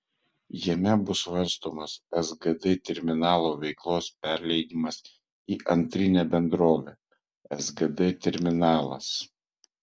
jame bus svarstomas sgd terminalo veiklos perleidimas į antrinę bendrovę sgd terminalas